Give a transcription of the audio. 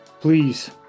Please